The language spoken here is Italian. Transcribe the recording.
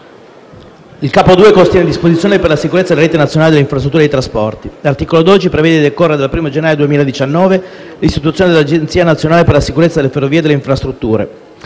Il capo II contiene disposizioni per la sicu- rezza della rete nazionale delle infrastrutture e dei trasporti. L’articolo 12 prevede, a decorrere dal 1° gennaio 2019, l’istituzione dell’Agenzia nazionale per la sicurezza delle ferrovie e delle infrastrutture